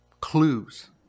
clues